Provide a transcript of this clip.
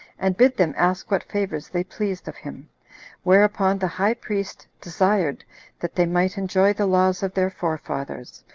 and bid them ask what favors they pleased of him whereupon the high priest desired that they might enjoy the laws of their forefathers,